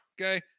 Okay